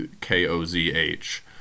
K-O-Z-H